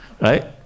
right